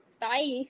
Bye